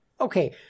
okay